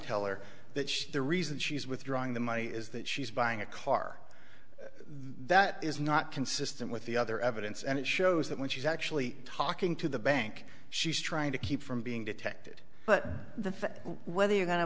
teller that she the reason she's withdrawing the money is that she's buying a car that is not consistent with the other evidence and it shows that when she's actually talking to the bank she's trying to keep from being detected but the fact that whether you're going to